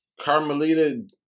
Carmelita